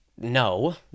no